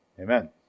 Amen